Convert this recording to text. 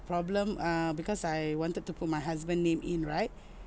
problem uh because I wanted to put my husband name in right